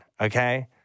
Okay